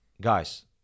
guys